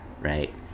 right